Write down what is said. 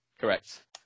Correct